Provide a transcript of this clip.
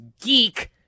geek